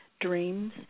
dreams